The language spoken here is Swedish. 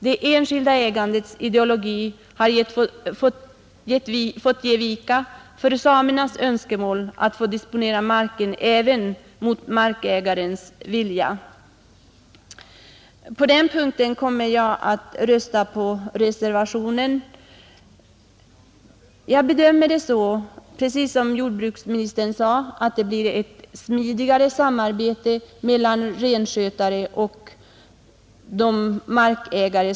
Det enskilda ägandets ideologi har fått ge vika för samernas önskemål att kunna disponera marken även mot markägarens vilja. På den punkten kommer jag att rösta för reservationen. Jag bedömer det så, precis som jordbruksministern sade, att det blir ett smidigare samarbete mellan renskötare och markägare.